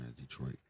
Detroit